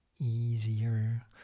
easier